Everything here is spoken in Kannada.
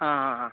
ಹಾಂ ಹಾಂ ಹಾಂ